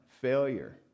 Failure